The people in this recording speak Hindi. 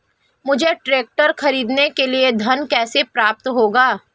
मुझे ट्रैक्टर खरीदने के लिए ऋण कैसे प्राप्त होगा?